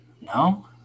No